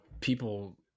people